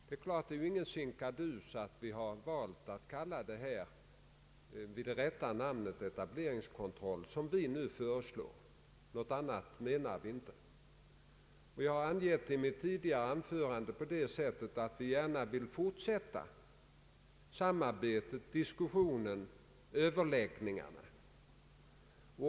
Det är självfallet ingen sinkadus att vi har valt att använda det rätta namnet: lokaliseringsrådgivning. Något annat menar vi inte. Jag har angivit detta i mitt tidigare anförande på det sättet att vi gärna vill fortsätta samarbetet, diskussionen och överläggningarna.